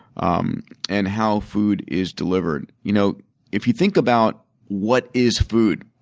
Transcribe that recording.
um and how food is delivered. you know if you think about what is food?